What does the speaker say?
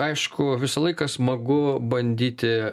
aišku visą laiką smagu bandyti